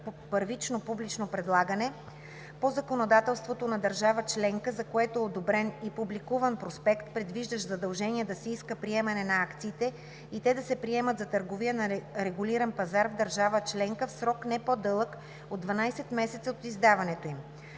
първично публично предлагане по законодателството на държава членка, за което е одобрен и публикуван проспект, предвиждащ задължение да се иска приемане на акциите и те да се приемат за търговия на регулиран пазар в държава членка в срок, не по-дълъг от 12 месеца от издаването им.“